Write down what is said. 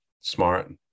Smart